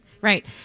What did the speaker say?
right